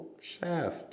shaft